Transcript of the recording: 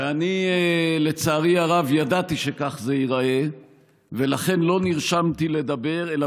ואני לצערי הרב ידעתי שכך זה ייראה ולכן לא נרשמתי לדבר אלא